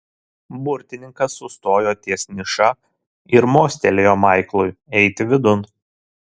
burtininkas sustojo ties niša ir mostelėjo maiklui eiti vidun